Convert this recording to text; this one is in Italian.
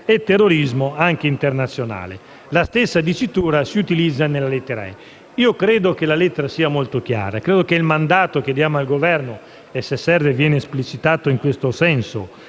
e terrorismo anche internazionale». La stessa dicitura si utilizza nella lettera *e)*. Io credo che la lettera sia molto chiara e che il mandato che diamo al Governo - e, se serve, viene esplicitato in questo senso,